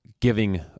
giving